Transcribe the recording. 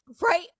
right